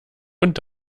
und